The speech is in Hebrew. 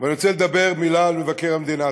ואני רוצה לומר מילה על מבקר המדינה.